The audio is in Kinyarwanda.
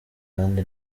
kandi